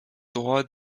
droit